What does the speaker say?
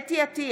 חוה אתי עטייה,